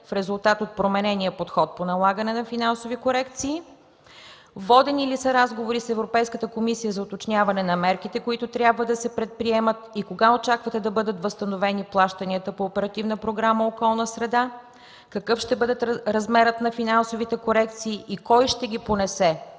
в резултат от променения подход по налагане на финансови корекции? Водени ли са разговори с Европейската комисия за уточняване на мерките, които трябва да се предприемат? Кога очаквате да бъдат възстановени плащанията по Оперативна програма „Околна среда”? Какъв ще бъде размерът на финансовите корекции и кой ще ги понесе